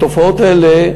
התופעות האלה,